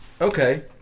Okay